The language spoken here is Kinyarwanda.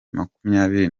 makumyabiri